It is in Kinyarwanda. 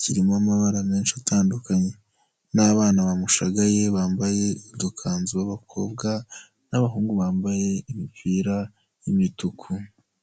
kirimo amabara menshi atandukanye n'abana bamushagaye bambaye udukanzu b'abakobwa n'abahungu bambaye imipira y'imituku.